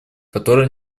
которые